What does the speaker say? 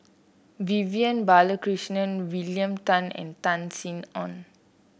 Vivian Balakrishnan William Tan and Tan Sin Aun